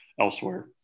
elsewhere